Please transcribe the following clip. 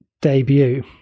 debut